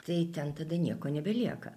tai ten tada nieko nebelieka